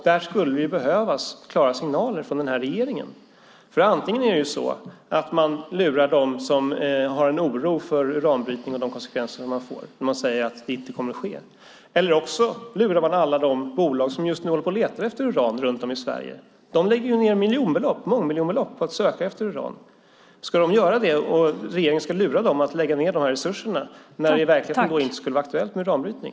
Därför skulle det behövas klara signaler från regeringen, för antingen lurar man dem som oroar sig för uranbrytning och dess konsekvenser när man säger att det inte kommer att ske någon uranbrytning eller också lurar man alla de bolag som just nu letar efter uran runt om i Sverige. Dessa bolag lägger ned mångmiljonbelopp på att söka efter uran. Skulle de lägga ned sådana resurser om det i verkligheten inte vore aktuellt med uranbrytning?